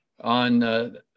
on